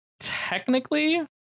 Technically